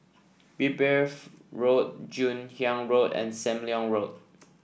Road Joon Hiang Road and Sam Leong Road